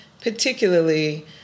particularly